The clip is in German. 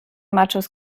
machos